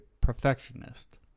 perfectionist